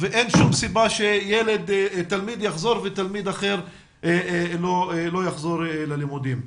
ואין שום סיבה שתלמיד יחזור ותלמיד אחר לא יחזור ללימודים.